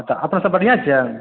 अच्छा अपना सभ बढ़िआँ छियै